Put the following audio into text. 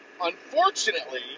unfortunately